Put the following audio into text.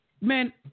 Man